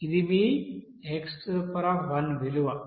ఇది మీ x విలువ